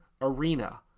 arena